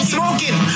Smoking